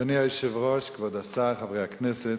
אדוני היושב-ראש, כבוד השר, חברי הכנסת,